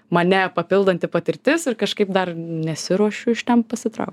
mane papildanti patirtis ir kažkaip dar nesiruošiu iš ten pasitraukt